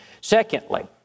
Secondly